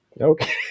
okay